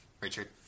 Richard